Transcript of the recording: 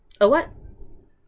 a what